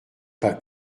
pas